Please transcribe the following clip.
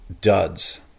duds